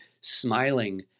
smiling